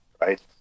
right